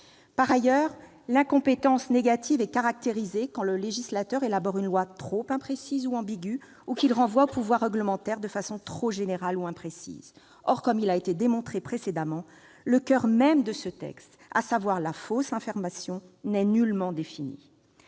Par ailleurs, l'incompétence négative est caractérisée quand « le législateur élabore une loi trop imprécise ou ambiguë » ou qu'il renvoie au pouvoir réglementaire « de façon trop générale ou imprécise ». Or, comme cela a été démontré précédemment, le coeur même de ce texte, à savoir « la fausse information », n'est nullement défini.